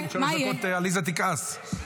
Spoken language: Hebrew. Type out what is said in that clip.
שלוש דקות, שעליזה תכעס.